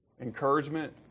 encouragement